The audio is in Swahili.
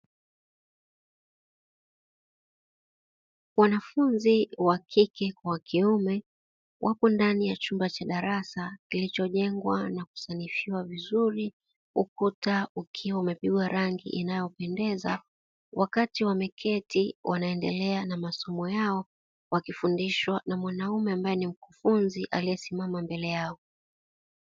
Wanafunzi wa kike kwa wa kiume wako ndani ya chumba cha darasa kilichojengwa na kusanifiwa vizuri, ukuta ukiwa umepigwa rangi inayopendeza. Wakati wameketi wanaendelea na masomo yao wakifundishwa na mwanaume ambaye ni mkufunzi aliyesimama mbele yao.